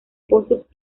pozos